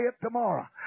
tomorrow